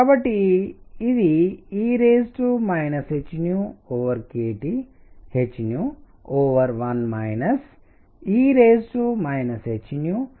కాబట్టి ఇది e hkTh1 e h kT2కు సమానం